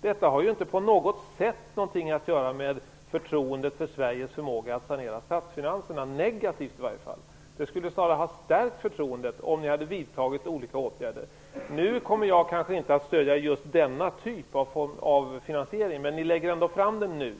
Detta har ju inte på något sätt någonting att göra med förtroendet för Sveriges förmåga att sanera statsfinanserna, i varje fall inte negativt. Det skulle snarare ha stärkt förtroendet om ni hade vidtagit olika åtgärder. Jag kommer kanske inte att stödja just denna typ av finansiering, men ni lägger ändå fram den nu.